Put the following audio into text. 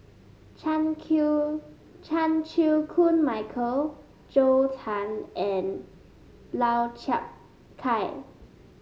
Chan Chan Chew Koon Michael Zhou Can and Lau Chiap Khai